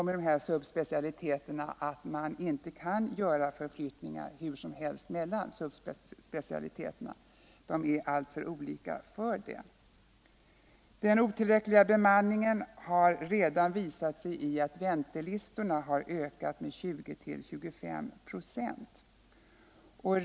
Man kan inte göra förflyttningar hur som helst mellan subspecialiteterna. De är alltför olika. Den otillräckliga bemanningen har redan medfört att väntelistorna ökat med 20-25 procent.